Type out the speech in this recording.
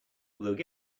although